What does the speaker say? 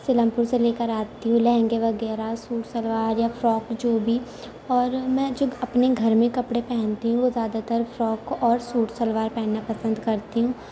سیلم پور سے لے کر آتی ہوں لہنگے وغیرہ سوٹ شلوار یا فراک جو بھی اور میں جب اپنے گھر میں کپڑے پہنتی ہوں وہ زیادہ تر فراک اور سوٹ شلوار پہننا پسند کرتی ہوں